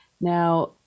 Now